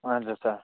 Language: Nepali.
हजुर सर